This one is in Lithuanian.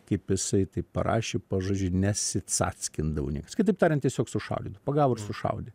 kaip jisai tai parašė pažodžiui nesicackindavo nieks kitaip tariant tiesiog sušaudydavo pagavo ir sušaudė